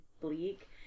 bleak